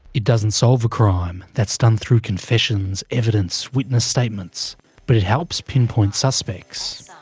it doesn't solve a crime that's done through confessions, evidence, witness statements but it helps pinpoint suspects.